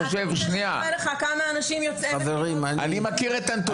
אני חושב שהדבר הנכון הוא שלא יכולה להיות סמכות בלי אחריות.